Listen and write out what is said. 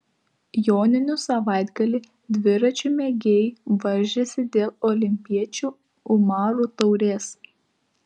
joninių savaitgalį dviračių mėgėjai varžėsi dėl olimpiečių umarų taurės